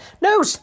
no